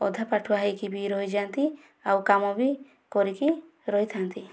ଅଧା ପାଠୁଆ ହୋଇକି ବି ରହିଯା'ନ୍ତି ଆଉ କାମ ବି କରିକି ରହିଥା'ନ୍ତି